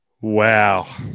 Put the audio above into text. Wow